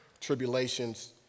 tribulations